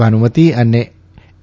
ભાનુમતિ અને એ